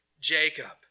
Jacob